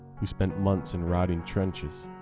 who spent months in rotting trenches,